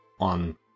on